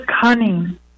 cunning